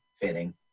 fitting